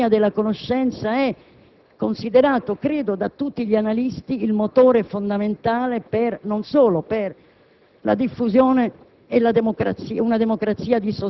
nell'era definita dell'economia della conoscenza è considerata, credo, da tutti gli analisti il motore fondamentale non solo per